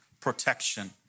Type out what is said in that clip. protection